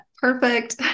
perfect